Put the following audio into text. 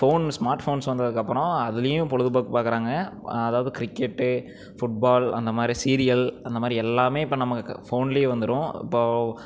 phone smart phones வந்ததுக்கு அப்பறம் அதுலேயும் பொழுது போக்கு பார்க்குறாங்க அதாவது கிரிக்கெட்டு ஃபுட்பால் அந்த மாதிரி சீரியல் அந்த மாதிரி எல்லாமே இப்போ நம்ம ஃபோன்லேயே வந்துடும் இப்போ